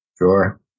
Sure